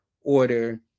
order